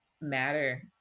matter